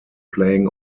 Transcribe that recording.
playing